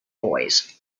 boys